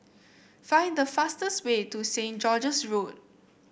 find the fastest way to Saint George's Road